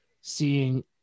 Seeing